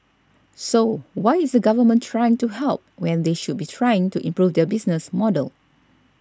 so why is the Government trying to help when they should be trying to improve their business model